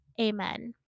amen